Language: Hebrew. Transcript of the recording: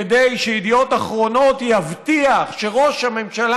כדי שידיעות אחרונות יבטיח שראש הממשלה